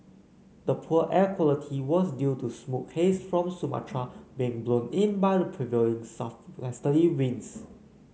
the poor air quality was due to smoke haze from Sumatra being blown in by the prevailing southwesterly winds